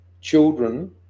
Children